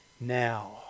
now